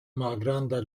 malgranda